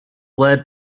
led